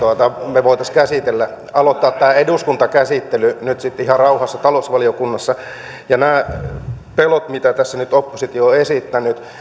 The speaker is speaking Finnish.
me voisimme aloittaa tämän eduskuntakäsittelyn nyt sitten ihan rauhassa talousvaliokunnassa mitä tulee näihin pelkoihin mitä tässä nyt oppositio on esittänyt